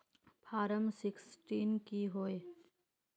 Form sixteen की होय?